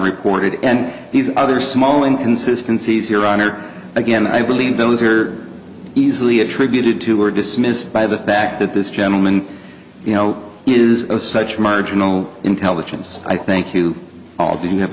unreported and these other small inconsistency here on earth again i believe those are easily attributed to or dismissed by the fact that this gentleman you know is such marginal intelligence i think you all do you have